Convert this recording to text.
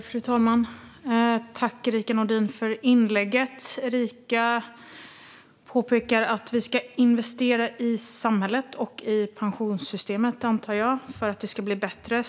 Fru talman! Tack, Erica Nådin, för inlägget! Erica påpekade att vi ska investera i samhället och i pensionssystemet - antar jag - för att det ska bli bättre.